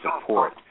Support